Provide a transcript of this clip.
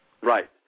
Right